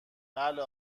بله